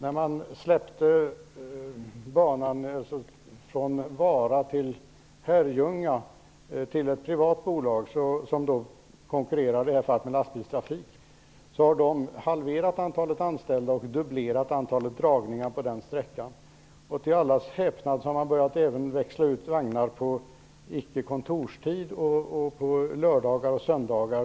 Sedan SJ överlämnade banan Vara-Herrljunga till ett privat bolag, som i detta fall konkurrerade med lastbilstrafik, har det halverat antalet anställda och dubblerat antalet körningar på sträckan. Till allas häpnad har man även börjat växla ut vagnar på icke kontorstid, på lördagar och söndagar.